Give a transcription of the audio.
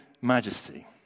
majesty